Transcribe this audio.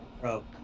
Bro